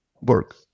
work